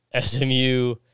SMU